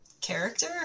character